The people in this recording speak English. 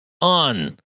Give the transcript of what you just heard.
on